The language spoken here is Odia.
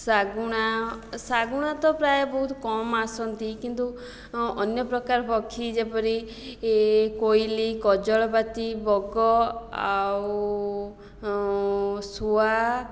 ଶାଗୁଣା ଶାଗୁଣା ତ ପ୍ରାୟ ବହୁତ କମ୍ ଆସନ୍ତି କିନ୍ତୁ ଅନ୍ୟ ପ୍ରକାର ପକ୍ଷୀ ଯେପରି କୋଇଲି କଜଳପାତି ବଗ ଆଉ ଶୁଆ